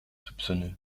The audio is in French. soupçonneux